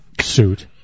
suit